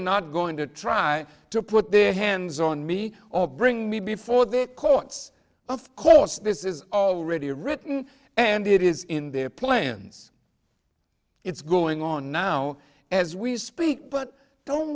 not going to try to put their hands on me or bring me before the courts of course this is already written and it is in their plans it's going on now as we speak but don't